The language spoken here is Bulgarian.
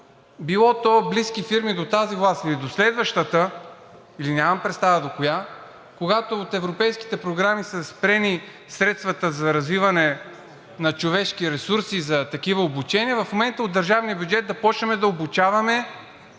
било то близки фирми до тази власт или до следващата, или нямам представа до коя, когато от европейските програми са спрени средствата за развиване на човешки ресурси за такива обучения, в момента от държавния бюджет да започнем да обучаваме